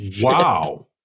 wow